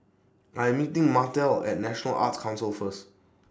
I'm meeting Martell At National Arts Council First